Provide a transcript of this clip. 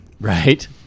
Right